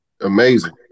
amazing